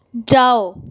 ਜਾਓ